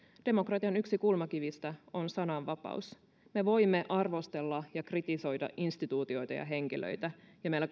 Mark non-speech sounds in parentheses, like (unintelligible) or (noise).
demokratian yksi kulmakivistä on sananvapaus me voimme arvostella ja kritisoida instituutioita ja henkilöitä ja meillä (unintelligible)